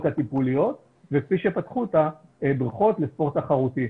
הטיפוליות וכפי שפתחו את הבריכות לספורט תחרותי.